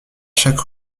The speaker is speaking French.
chaque